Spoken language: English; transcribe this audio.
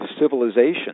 civilization